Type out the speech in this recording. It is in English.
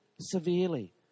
severely